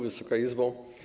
Wysoka Izbo!